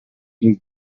been